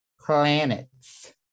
Planets